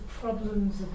problems